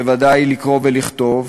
בוודאי לקרוא ולכתוב,